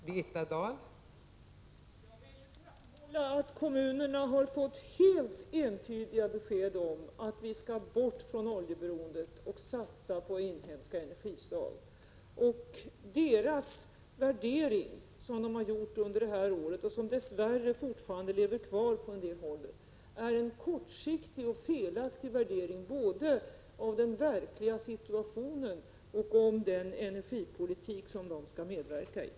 Fru talman! Jag vill framhålla att kommunerna har fått helt entydiga besked om att vi skall komma bort från oljeberoendet och satsa på inhemska energislag. Den värdering som de har gjort under det här året — och som dess värre fortfarande lever kvar på en del håll — är en kortsiktig och felaktig värdering både av den verkliga situationen och av den energipolitik som de skall medverka i.